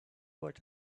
what